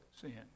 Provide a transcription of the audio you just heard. sin